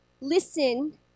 listen